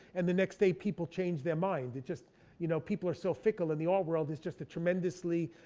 and the next day people change their mind. it's just you know people are so fickle in the art world, is just a tremendously,